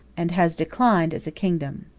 and has declined as a kingdom.